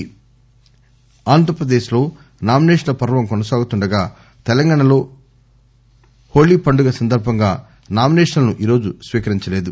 MSL nominations ఆంధ్రప్రదేశ్లో నామిసేషన్ల పర్వం కొనసాగుతుండగా తెలంగాణలో హోలీ పండుగ సందర్భంగా నామిసేషన్ల ను ఈరోజు స్వీకరించలేదు